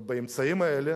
ובאמצעים האלה